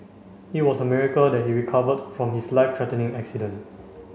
it was a miracle that he recovered from his life threatening accident